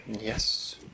Yes